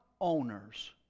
owners